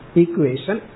equation